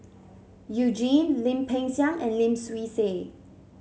You Jin Lim Peng Siang and Lim Swee Say